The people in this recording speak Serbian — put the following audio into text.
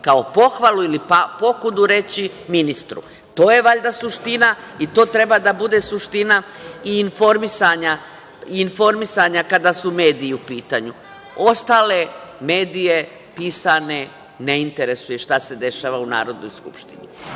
kao pohvalu ili kao pokudu reći ministru. To je valjda suština i to treba da bude suština i informisanja kada su mediji u pitanju. Ostale medije pisane ne interesuje šta se dešava u Narodnoj skupštini. Kako